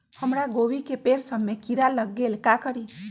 हमरा गोभी के पेड़ सब में किरा लग गेल का करी?